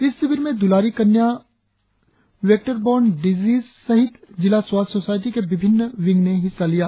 इस शिविर में द्रलारी कन्या वेक्टर बॉर्न डिसीज सहित जिला स्वास्थ्य सोसायटी के विबिन्न विंग ने हिस्सा लिया